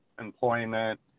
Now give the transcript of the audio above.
employment